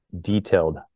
detailed